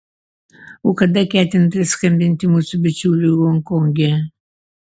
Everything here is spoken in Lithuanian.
o kada ketinate skambinti mūsų bičiuliui honkonge